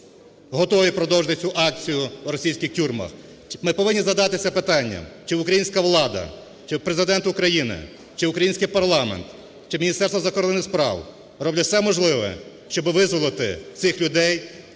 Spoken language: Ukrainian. готові продовжити цю акцію в російських тюрмах. Ми повинні задатися питанням: чи українська влада, чи Президент України, чи український парламент, чи Міністерство закордонних справ роблять все можливе, щоб визволити цих людей